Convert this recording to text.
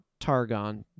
Targon